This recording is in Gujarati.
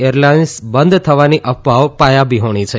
એરલાઇન્સ બંધ થવાની અફવાઓ પાયાવિહોણી છે